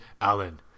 Alan